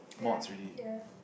yeah yeah